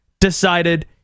decided